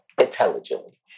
intelligently